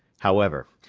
however,